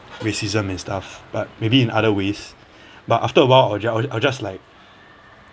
racism and stuff but maybe in other ways but after a while I'll ju~ I'll just like